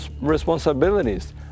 responsibilities